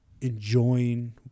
enjoying